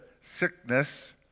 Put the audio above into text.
sickness